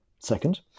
second